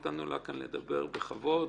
נתנו לה לדבר כאן בכבוד,